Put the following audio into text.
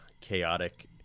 chaotic